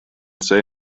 see